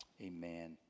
Amen